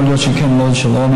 יכול להיות שכן, יכול להיות שלא.